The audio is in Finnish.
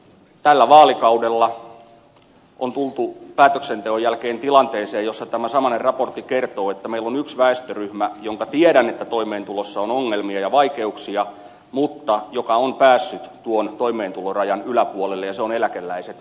tällä vaalikaudella on tultu päätöksenteon jälkeen tilanteeseen jossa tämä samainen raportti kertoo että meillä on yksi väestöryhmä josta tiedän että sen toimeentulossa on ongelmia ja vaikeuksia mutta joka on päässyt tuon toimeentulorajan yläpuolelle ja se on eläkeläiset kiitos takuueläkkeen